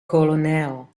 colonel